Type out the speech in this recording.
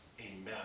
Amen